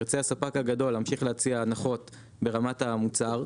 ירצה הספק הגדול להמשיך להציע הנחות ברמת המוצר,